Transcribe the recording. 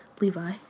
Levi